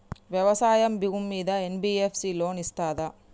వ్యవసాయం భూమ్మీద NBFS loan ఇస్తదా?